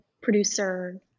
producer